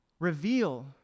reveal